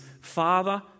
Father